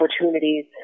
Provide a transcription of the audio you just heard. opportunities